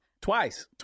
Twice